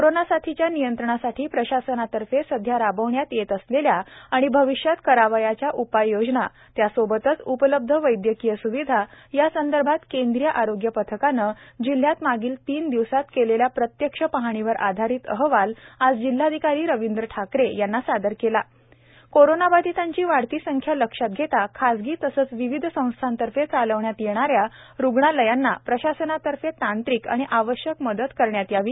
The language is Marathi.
कोरोना साथीच्या नियंत्रणासाठी प्रशासनातर्फे सध्या राबविण्यात येत असलेल्या आणि भविष्यात करावयाच्या उपाययोजना त्यासोबतच उपलब्ध वैद्यकीय स्विधा यासंदर्भात केंद्रीय आरोग्य पथकाने जिल्हयात मागील तीन दिवसात केलेल्या प्रत्यक्ष पाहणीवर आधारित अहवाल आज जिल्हाधिकारी रवींद्र ठाकरे यांना सादर केला कोरोनाबाधीतांची वाढती संख्या लक्षात घेता खाजगी तसेच विविध संस्थांतर्फे चालविण्यात येणाऱ्या रुग्णालयांना प्रशासनातर्फे तांत्रिक आणि आवश्यक मदत करण्यात यावी